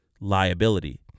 liability